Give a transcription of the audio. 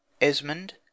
Esmond